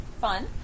Fun